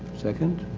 second?